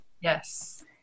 yes